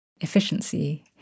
efficiency